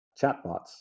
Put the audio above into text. chatbots